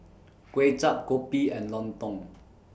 Kway Chap Kopi and Lontong